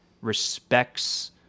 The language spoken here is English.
respects